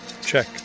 Check